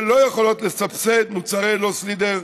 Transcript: שלא יכולות לסבסד מוצרי "לוס לידר"